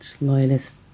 loyalist